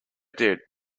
did